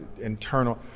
internal